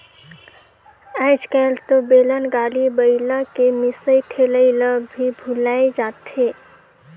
आयज कायल तो बेलन, गाड़ी, बइला के मिसई ठेलई ल भी भूलाये जाथे